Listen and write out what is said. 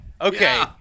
Okay